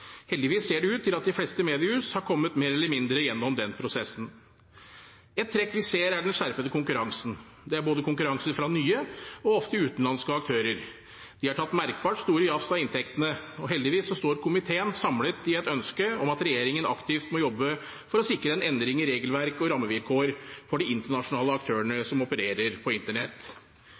Heldigvis ser det ut til at de fleste mediehus mer eller mindre har kommet gjennom den prosessen. Ett trekk vi ser, er den skjerpede konkurransen. Det er konkurranse fra både nye og, ofte, utenlandske aktører. De har tatt merkbart store jafs av inntektene. Heldigvis står komiteen samlet i et ønske om at regjeringen aktivt må jobbe for å sikre en endring i regelverk og rammevilkår for de internasjonale aktørene som opererer på internett.